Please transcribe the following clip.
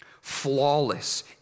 Flawless